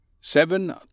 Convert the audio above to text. Seven